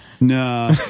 No